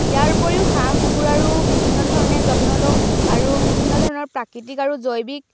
ইয়াৰ উপৰিও হাঁহ কুকুৰাৰো বিভিন্ন ধৰণে যত্ন লওঁ আৰু বিভিন্ন ধৰণৰ প্ৰাকৃতিক আৰু জৈৱিক